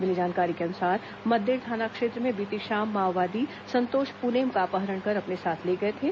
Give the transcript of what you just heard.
मिली जानकारी के अनुसार मद्देड़ थाना क्षेत्र में बीती शाम माओवादी संतोष पुनेम का अपहरण कर अपने साथ ले गए थे